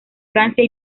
francia